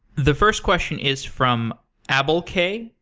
the first question is from abbel k,